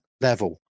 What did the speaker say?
level